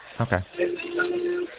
Okay